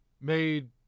made